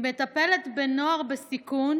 היא מטפלת בנוער בסיכון